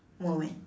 moment